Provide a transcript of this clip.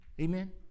Amen